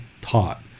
taught